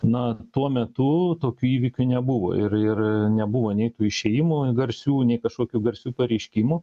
na tuo metu tokių įvykių nebuvo ir ir nebuvo nei tų išėjimų garsių nei kažkokių garsių pareiškimų